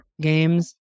games